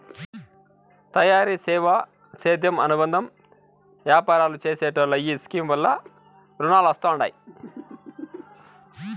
తయారీ, సేవా, సేద్యం అనుబంద యాపారాలు చేసెటోల్లో ఈ స్కీమ్ వల్ల రునాలొస్తండాయి